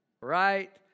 right